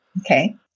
Okay